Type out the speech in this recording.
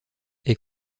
est